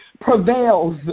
prevails